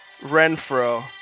Renfro